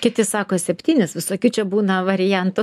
kiti sako septynis visokių čia būna variantų